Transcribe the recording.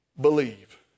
Believe